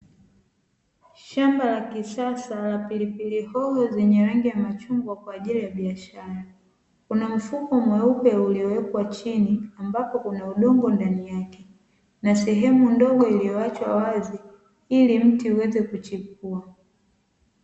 Shamba la kisasa la pilipili hoho zenye rangi ya machungwa kwa ajili ya biashara. Kuna mfuko mweupe uliowekwa chini ambapo kuna udongo ndani yake na sehemu ndogo iliyoachwa wazi ili mti uweze kuchipua.